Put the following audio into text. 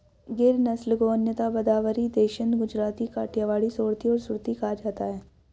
गिर नस्ल को अन्यथा भदावरी, देसन, गुजराती, काठियावाड़ी, सोरथी और सुरती कहा जाता है